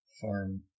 farm